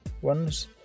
ones